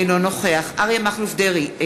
אינו נוכח אריה מכלוף דרעי,